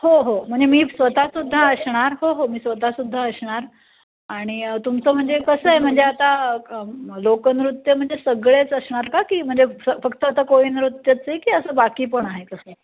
हो हो म्हणजे मी स्वत सुद्धा असणार हो हो मी स्वत सुद्धा असणार आणि तुमचं म्हणजे कसं आहे म्हणजे आता लोकनृत्य म्हणजे सगळेच असणार का की म्हणजे असं फक्त आता कोळी नृत्यचं आहे की असं बाकी पण आहे कसं